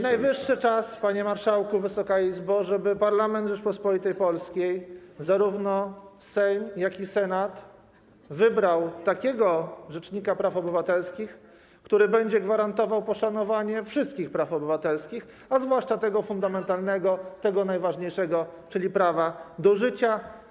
Najwyższy czas, panie marszałku, Wysoka Izbo, żeby parlament Rzeczypospolitej Polskiej, zarówno Sejm, jak i Senat, wybrał takiego rzecznika praw obywatelskich, który będzie gwarantował poszanowanie wszystkich praw obywatelskich, a zwłaszcza tego fundamentalnego, tego najważniejszego, czyli prawa do życia.